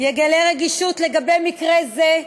יגלה רגישות לגבי מקרה זה,